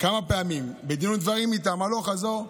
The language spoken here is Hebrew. כמה פעמים בדין ודברים איתם, הלוך, חזור,